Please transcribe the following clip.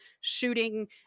shooting